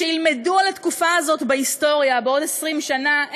כשילמדו על התקופה הזאת בהיסטוריה בעוד 20 שנה,